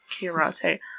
Karate